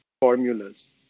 formulas